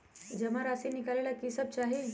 जमा राशि नकालेला कि सब चाहि?